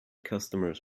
customers